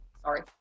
Sorry